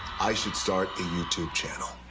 i should start a youtube channel.